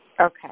Okay